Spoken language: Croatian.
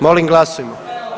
Molim glasujmo.